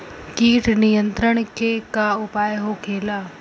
कीट नियंत्रण के का उपाय होखेला?